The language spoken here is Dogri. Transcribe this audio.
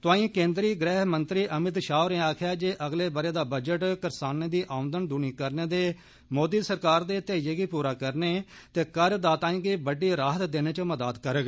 तोआई केन्द्री गृह मंत्री अमित शाह होरें आक्खेआ ऐ जे अगले ब'रे दा बजट करसानें दी औंदन दुनी करने दे मोदी सरकार दे घ्यैइये गी पूरा करने ते करदाताए गी बड्डी राह्त देने च मदाद करोग